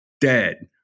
dead